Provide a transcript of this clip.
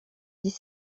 dix